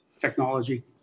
technology